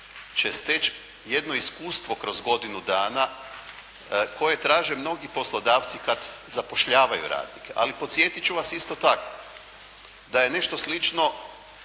će steći jedno iskustvo kroz godinu dana, koje traže mnogi poslodavci kada zapošljavaju radnike. Ali podsjetit ću vas isto tako, da je nešto slično